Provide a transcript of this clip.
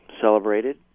celebrated